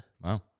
Wow